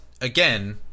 again